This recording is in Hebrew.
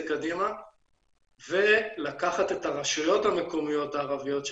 קדימה ולקחת את הרשויות המקומיות הערביות,